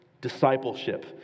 discipleship